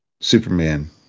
Superman